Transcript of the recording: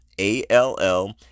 a-l-l